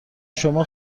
شما